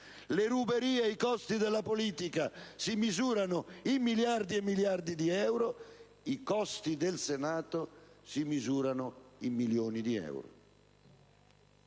Le ruberie e i costi della politica si misurano in miliardi e miliardi di euro; i costi del Senato si misurano in milioni di euro.